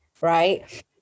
right